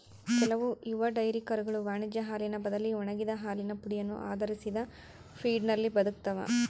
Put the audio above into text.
ಕೆಲವು ಯುವ ಡೈರಿ ಕರುಗಳು ವಾಣಿಜ್ಯ ಹಾಲಿನ ಬದಲಿ ಒಣಗಿದ ಹಾಲಿನ ಪುಡಿಯನ್ನು ಆಧರಿಸಿದ ಫೀಡ್ನಲ್ಲಿ ಬದುಕ್ತವ